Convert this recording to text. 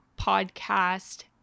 podcast